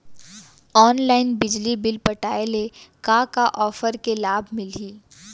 Online बिजली bill पटाय ले का का ऑफ़र के लाभ मिलही?